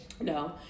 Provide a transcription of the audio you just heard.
no